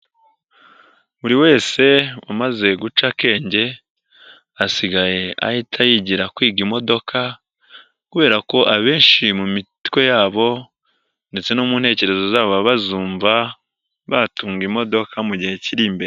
Buri wese umaze guca akenge, asigaye ahita yigira kwiga imodoka kubera ko abenshi mu mitwe yabo ndetse no mu ntekerezo zabo bazumva batunga imodoka mu gihe kiri imbere.